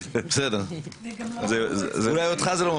מפחיד.